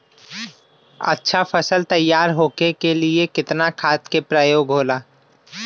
अच्छा फसल तैयार होके के लिए कितना खाद के प्रयोग होला?